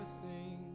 sing